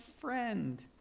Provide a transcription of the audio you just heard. friend